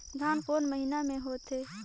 धान कोन महीना मे होथे?